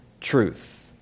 truth